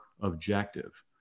objective